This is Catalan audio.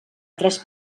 tres